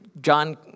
John